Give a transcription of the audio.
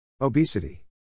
Obesity